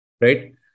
Right